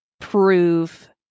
prove